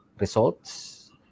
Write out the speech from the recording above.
results